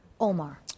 Omar